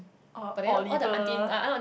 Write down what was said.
o~ Oliver